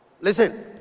Listen